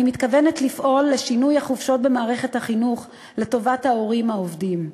אני מתכוונת לפעול לשינוי החופשות במערכת החינוך לטובת ההורים העובדים.